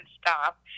stop